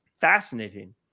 fascinating